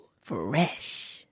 Fresh